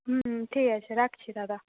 হুম ঠিক আছে রাখছি দাদা